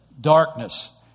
Darkness